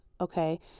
okay